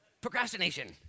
Procrastination